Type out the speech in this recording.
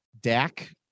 Dak